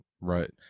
right